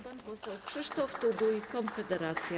Pan poseł Krzysztof Tuduj, Konfederacja.